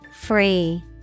free